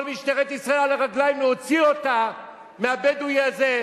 כל משטרת ישראל על הרגליים להוציא אותה מהבדואי הזה.